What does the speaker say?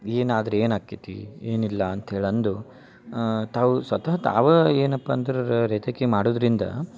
ಏನು ಆದರೆ ಏನು ಅಕೈತಿ ಏನಿಲ್ಲ ಅಂತ್ಹೇಳಿ ಅಂದು ತಾವು ಸ್ವತಃ ತಾವಾ ಏನಪ್ಪ ಅಂದರರ ರೈತಕಿ ಮಾಡುದರಿಂದ